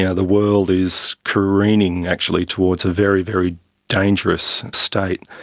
yeah the world is careening actually towards a very, very dangerous state,